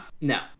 No